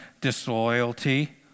disloyalty